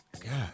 God